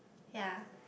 ya